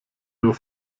nur